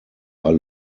are